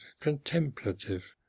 contemplative